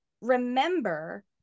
remember